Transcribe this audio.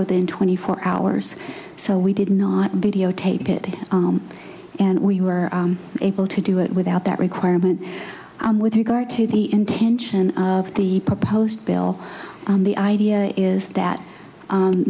within twenty four hours so we did not b t o tape it and we were able to do it without that requirement on with regard to the intention of the proposed bill and the idea is that